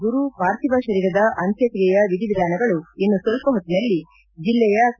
ಗುರು ಪಾರ್ಥಿವ ಶರೀರದ ಅಂತ್ರಕ್ರಿಯೆಯ ವಿಧಿವಿಧಾನಗಳು ಇನ್ನು ಸ್ವಲ್ಪ ಹೊತ್ತಿನಲ್ಲಿ ಜಿಲ್ಲೆಯ ಕೆ